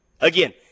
Again